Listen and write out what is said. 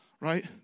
Right